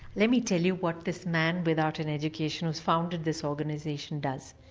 let me tell you what this man without an education who has founded this organisation does.